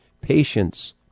patience